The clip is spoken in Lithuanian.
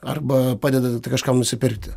arba padedat kažką nusipirkti